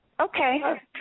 Okay